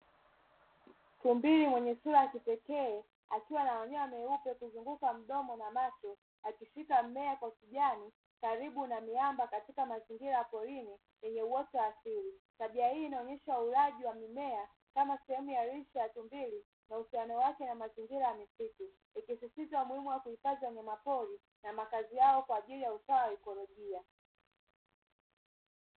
Tumbili mwenye sura ya kipekee akiwa na manyoya meupe kuzunguka mdomo na macho akishika mmea wa kijani karibu na miamba katika mazingira ya porini yenye uoto wa asili. Tabia hii inaonyesha ulaji wa mimea kama sehemu ya lishe ya tumbili na uhusiano wake na mazingira ya misitu. Ikisisitiza umuhimu wa kuhifadhi wanyamapori na makazi yao kwa ajili ya usawa wa ikolojia.